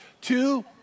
Two